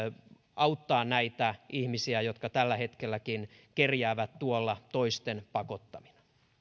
auttaa näitä ihmisiä jotka tällä hetkelläkin kerjäävät tuolla toisten pakottamina